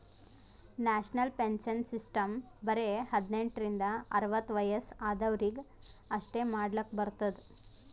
national pension system ಬರೆ ಹದಿನೆಂಟ ರಿಂದ ಅರ್ವತ್ ವಯಸ್ಸ ಆದ್ವರಿಗ್ ಅಷ್ಟೇ ಮಾಡ್ಲಕ್ ಬರ್ತುದ್